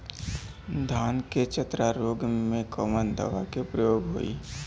धान के चतरा रोग में कवन दवा के प्रयोग होई?